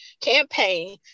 campaign